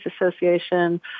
Association